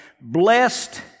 Blessed